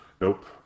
Nope